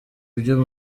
ibyo